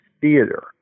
theater